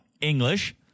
English